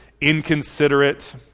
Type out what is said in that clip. inconsiderate